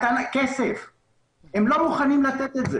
הם לא מוכנים לתת את זה